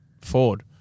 Ford